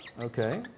Okay